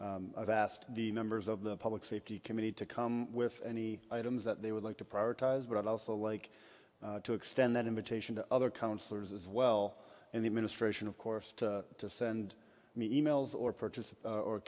vast the members of the public safety committee to come with any items that they would like to prioritize but i'd also like to extend that invitation to other counselors as well and the administration of course to send me e mails or purchases or